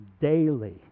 daily